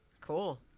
Cool